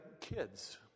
kids